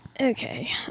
Okay